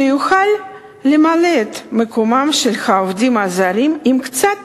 שיוכל למלא את מקומם של העובדים הזרים, אם קצת